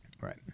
Right